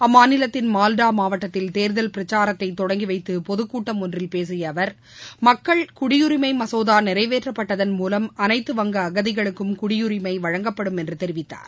அம்மாநிலத்தின் மால்டா மாவட்டத்தில் தேர்தல் பிரச்சாரத்தை தொடங்கி வைத்து பொதுக்கூட்டம் ஒன்றில் பேசிய அவர் மக்கள் குடியுரிமை மசோதா நிறைவேற்றப்பட்டதன் மூலம் அனைத்து வங்க அகதிகளுக்கும் குடியுரிமை வழங்கப்படும் என்று தெரிவித்தார்